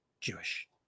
Jewish